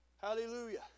Hallelujah